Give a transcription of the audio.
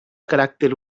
caràcter